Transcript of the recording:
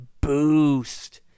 boost